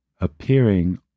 appearing